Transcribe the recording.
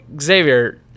Xavier